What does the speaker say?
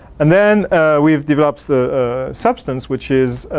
and then we've developed substance which is